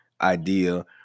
idea